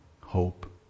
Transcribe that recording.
hope